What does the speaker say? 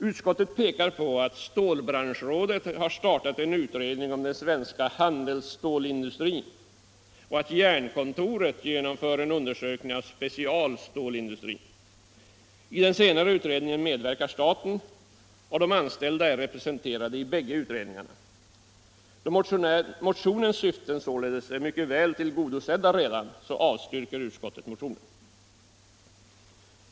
Utskottet pekar på att stålbranschrådet har startat en utredning om den svenska handelsstålindustrin och att Jernkontoret genomför en undersökning av specialstålindustrin. I den senare utredningen medverkar staten, och de anställda är representerade i bägge utredningarna. Då motionens syften således redan är mycket väl tillgodosedda avstyrker utskottet motionen.